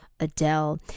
Adele